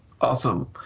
awesome